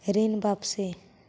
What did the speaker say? ऋण वापसी?